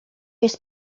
jest